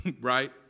Right